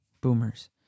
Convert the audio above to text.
boomers